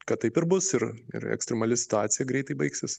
kad taip ir bus ir ir ekstremali situacija greitai baigsis